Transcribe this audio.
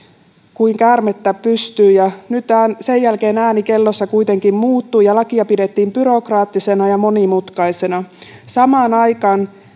kuin käärmettä pyssyyn ja sen jälkeen ääni kellossa kuitenkin muuttui ja lakia pidettiin byrokraattisena ja monimutkaisena samaan aikaan